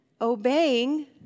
obeying